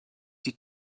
die